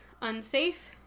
unsafe